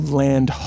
land